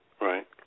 Right